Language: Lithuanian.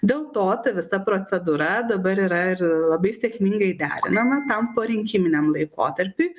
dėl to ta visa procedūra dabar yra ir labai sėkmingai derinama tam porinkiminiam laikotarpiui